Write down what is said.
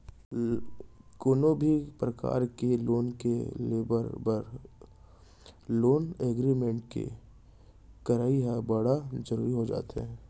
कोनो भी परकार के लोन के लेवब बर लोन एग्रीमेंट के करई ह बड़ जरुरी हो जाथे